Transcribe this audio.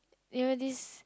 you know this